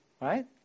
Right